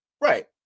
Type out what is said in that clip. Right